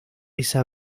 esa